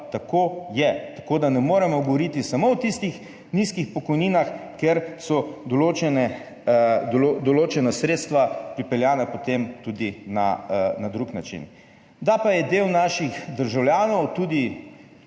tako je. Tako da ne moremo govoriti samo o tistih nizkih pokojninah, kjer so določena sredstva pripeljana potem tudi na drug način. Da pa je del naših državljanov skozi